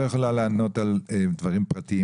היא לא יכולה לענות על דברים פרטיים